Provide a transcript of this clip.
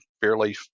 fairly